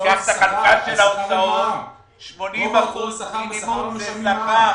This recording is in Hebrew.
תיקח את ההוצאות 80% היא מימון לספק,